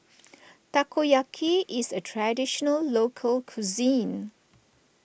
Takoyaki is a Traditional Local Cuisine